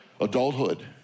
adulthood